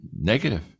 negative